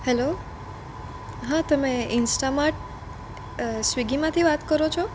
hello હા તમે Instamart સ્વીગીમાંથી વાત કરો છો